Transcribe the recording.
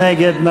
מי נגד?